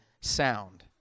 sound